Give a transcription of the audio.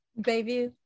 Baby